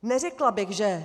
Neřekla bych, že...